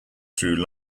through